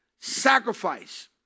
sacrifice